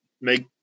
make